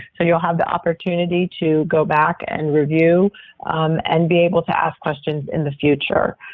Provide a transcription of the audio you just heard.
so you'll have the opportunity to go back and review and be able to ask questions in the future.